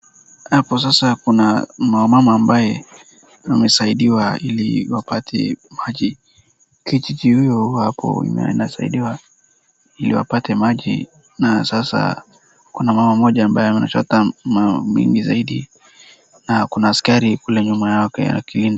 Hapo sasa kuna wamama ambaye wamesaidiwa ili wapate maji. Kijiji huyo hapo inasaidia ili wapate maji, na sasa kuna mama mmoja ambaye anachota maji mingi, na kuna askari kule nyuma yake akienda.